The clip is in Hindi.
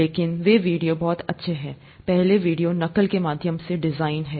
लेकिन वे वीडियो बहुत अच्छे हैं पहले वीडियो नकल के माध्यम से डिजाइन है